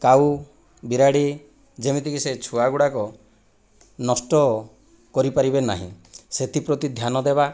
କାଉ ବିରାଡ଼ି ଯେମିତିକି ସେ ଛୁଆ ଗୁଡ଼ାକୁ ନଷ୍ଟ କରିପାରିବେ ନାହିଁ ସେଥିପ୍ରତି ଧ୍ୟାନ ଦେବା